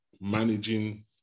managing